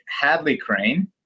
Hadley-Crane